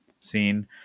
scene